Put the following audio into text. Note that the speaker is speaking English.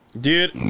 Dude